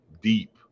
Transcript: deep